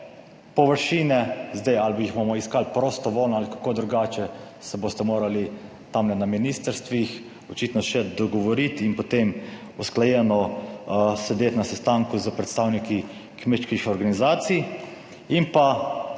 površine. Zdaj ali jih bomo iskali prostovoljno ali kako drugače, se boste morali tamle na ministrstvih očitno še dogovoriti in potem usklajeno sedeti na sestanku s predstavniki kmečkih organizacij. In pa